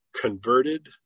converted